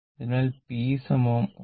അതിനാൽ p 1